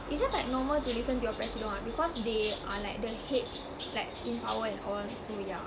it's just like normal to listen to your president [what] because they are like the head like in power and all so yeah